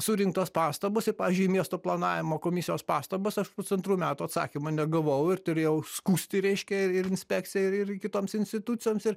surinktos pastabos ir pavyzdžiui į miesto planavimo komisijos pastabas aš pusantrų metų atsakymo negavau ir turėjau skųsti reiškia ir inspekcijai ir ir kitoms institucijoms ir